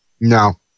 No